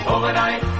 Overnight